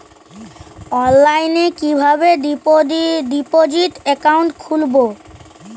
অনলাইনে কিভাবে deposit account খুলবো?